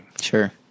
sure